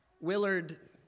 Willard